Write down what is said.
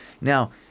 now